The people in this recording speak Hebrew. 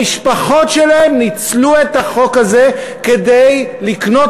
המשפחות שלהם ניצלו את החוק הזה כדי לקנות